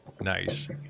Nice